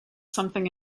something